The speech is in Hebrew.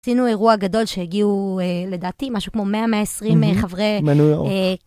עשינו אירוע גדול שהגיעו לדעתי, משהו כמו מאה מאה עשרים חברי...